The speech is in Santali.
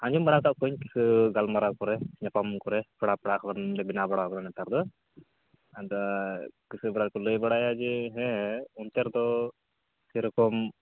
ᱟᱡᱚᱢ ᱵᱟᱲᱟ ᱟᱠᱟᱫ ᱠᱚᱣᱟᱹᱧ ᱠᱤᱪᱷᱩ ᱜᱟᱱ ᱢᱟᱨᱟᱣᱠᱚᱨᱮ ᱧᱟᱯᱟᱢ ᱠᱚᱨᱮ ᱯᱮᱲᱟ ᱯᱮᱲᱟ ᱠᱚᱞᱮ ᱵᱮᱱᱟᱣ ᱵᱟᱲᱟ ᱟᱠᱟᱱᱟ ᱱᱮᱛᱟᱨ ᱫᱚ ᱟᱫᱚ ᱠᱤᱪᱷᱩ ᱠᱚᱲᱟ ᱠᱚ ᱫᱚᱠᱚ ᱞᱟᱹᱭ ᱵᱟᱲᱟᱭᱟ ᱡᱮ ᱦᱮᱸ ᱚᱱᱛᱮ ᱨᱮᱫᱚ ᱥᱮ ᱨᱚᱠᱚᱢ